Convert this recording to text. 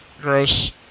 Gross